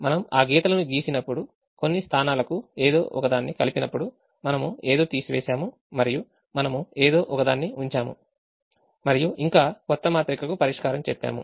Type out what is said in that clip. మనం ఆ గీతలను గీసినప్పుడు కొన్నిస్థానాలకు ఏదో ఒకదాన్ని కలిపినప్పుడు మనము ఏదో తీసివేసాము మరియు మనము ఏదో ఒకదాన్ని ఉంచాము మరియు ఇంకా కొత్త మాత్రికకు పరిష్కారం చెప్పాము